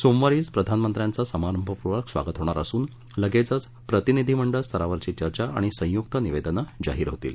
सोमवारीचं प्रधानमंत्र्यांचं समारंभपूर्वक स्वागत होणार असून लगेचच प्रतिनिधीमंडळ स्तरावरील चर्चा आणि संयुक्त निवेदनं जाहीर होतील